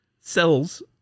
cells